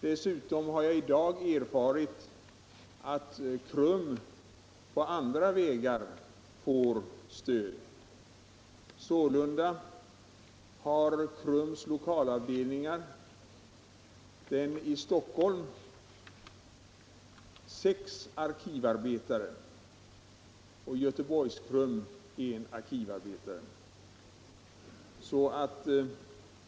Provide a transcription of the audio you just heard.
Dessutom har jag i dag erfarit att KRUM på andra vägar = Anslag till kriminalfår stöd. Sålunda har KRUM:s lokalavdelning i Stockholm sex arkivar — vården betare och avdelningen i Göteborg en arkivarbetare betalda av AMS.